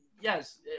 yes